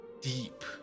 Deep